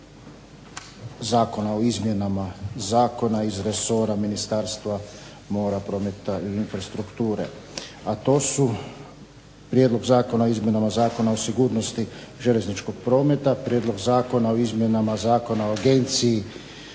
Zakona o izmjenama zakona iz resora Ministarstva mora, prometa i infrastrukture, a to su Prijedlog zakona o izmjenama i dopunama Zakona o sigurnosti željezničkog prometa, Prijedlog zakona o izmjenama Zakona o Agenciji